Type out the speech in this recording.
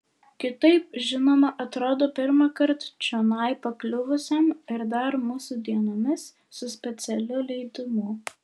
kitaip žinoma atrodo pirmąkart čionai pakliuvusiam ir dar mūsų dienomis su specialiu leidimu